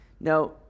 Now